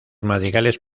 madrigales